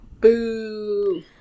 Boo